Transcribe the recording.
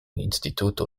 instituto